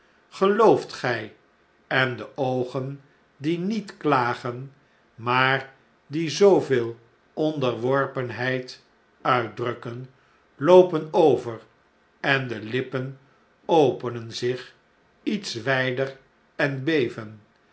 gelooft gjj en de oogen die niet klagen raaar die zooveel onderworpenheid uitdrukken loopen over en de lippen openen zich iets wijder en beven